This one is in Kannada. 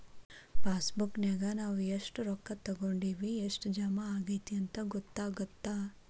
ಪಾಸಬುಕ್ನ್ಯಾಗ ನಾವ ಎಷ್ಟ ರೊಕ್ಕಾ ತೊಕ್ಕೊಂಡಿವಿ ಎಷ್ಟ್ ಜಮಾ ಆಗೈತಿ ಅಂತ ಗೊತ್ತಾಗತ್ತ